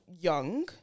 young